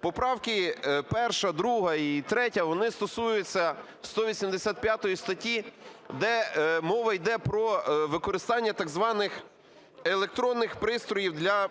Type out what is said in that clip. Поправки 1, 2 і 3, вони стосуються 185 статті, де мова йде про використання, так званих, електронних пристроїв для